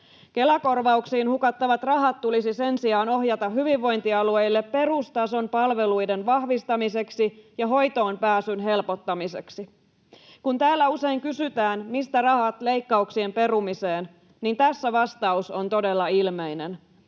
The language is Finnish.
Kela-korvauksiin hukattavat rahat tulisi sen sijaan ohjata hyvinvointialueille perustason palveluiden vahvistamiseksi ja hoitoon pääsyn helpottamiseksi. Kun täällä usein kysytään, mistä rahat leikkauksien perumiseen, niin tässä vastaus on todella ilmeinen: